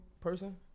person